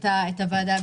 כמובן תודה ליו"ר הוועדה,